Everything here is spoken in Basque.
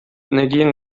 nekien